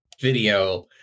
video